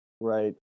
right